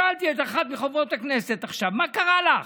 שאלתי את אחת מחברות הכנסת עכשיו: מה קרה לך?